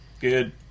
good